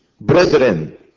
brethren